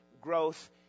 growth